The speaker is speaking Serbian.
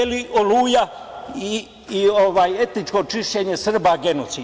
Da li je „Oluja“ i etničko čišćenja Srba genocid?